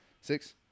Six